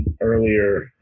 earlier